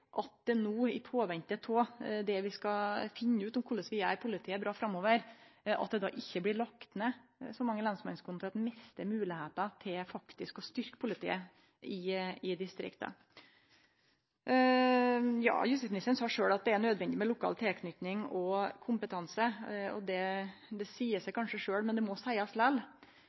at det no, i påvente av det vi skal finne ut om korleis vi skal gjere politiet bra framover, ikkje blir lagt ned så mange lensmannskontor at vi mister moglegheita til faktisk å styrkje politiet i distrikta. Justisministeren sa sjølv at det er nødvendig med lokal tilknyting og kompetanse. Det seier seg kanskje sjølv, men det må seiast